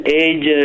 age